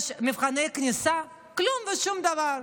יש מבחני כניסה, כלום, שום דבר,